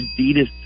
Adidas